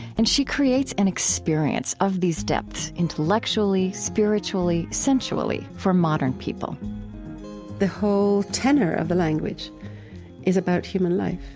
and she creates an experience of these depths intellectually, spiritually, sensually for modern people the whole tenor of the language is about human life,